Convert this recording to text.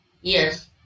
yes